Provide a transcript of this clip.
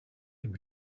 could